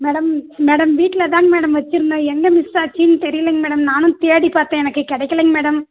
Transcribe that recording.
madam madam வீட்டில் தாங்க madam வச்சுருந்தேன் எங்கே மிஸ் ஆச்சுன்னு தெரியலைங்க மேடம் நானும் தேடிப்பார்த்தேன் எனக்கு கிடைக்கலைங்க மேடம்